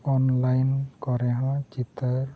online ᱠᱚᱨᱮᱦᱚᱸ ᱪᱤᱛᱟᱹᱨ